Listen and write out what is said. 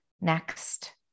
next